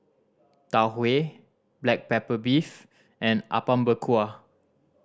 Tau Huay black pepper beef and Apom Berkuah